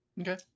Okay